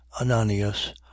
Ananias